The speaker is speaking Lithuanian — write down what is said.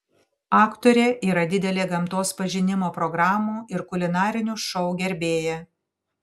aktorė yra didelė gamtos pažinimo programų ir kulinarinių šou gerbėja